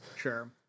Sure